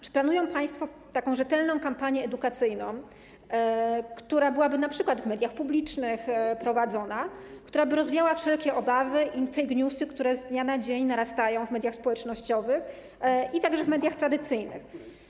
Czy planują państwo taką rzetelną kampanię edukacyjną, która byłaby prowadzona np. w mediach publicznych i która by rozwiała wszelkie obawy i fake newsy, które z dnia na dzień narastają w mediach społecznościowych, a także w mediach tradycyjnych?